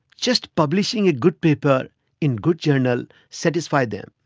just publishing a good paper in good journal satisfies them.